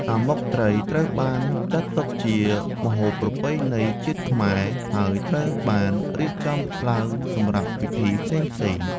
អាម៉ុកត្រី ត្រូវបានចាត់ទុកជាម្ហូបប្រពៃណីជាតិខ្មែរ ហើយត្រូវបានរៀបចំឡើងសម្រាប់ពិធីផ្សេងៗ។